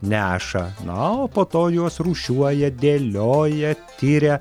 neša na o po to juos rūšiuoja dėlioja tiria